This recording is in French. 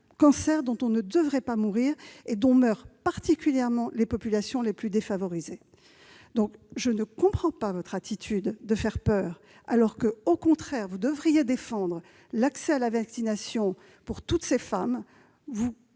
cancer dont on ne devrait pas mourir et dont meurent, particulièrement, je le répète, les populations les plus défavorisées. Madame Cohen, je ne comprends pas votre attitude, qui est de nature à faire peur, alors que, au contraire, vous devriez défendre l'accès à la vaccination pour toutes ces femmes.